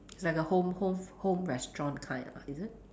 it's like a home home home restaurant kind ah is it